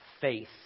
faith